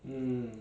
嗯